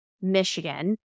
Michigan